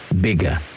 bigger